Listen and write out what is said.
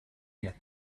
yet